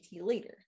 later